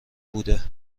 بوده